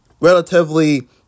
relatively